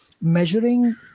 measuring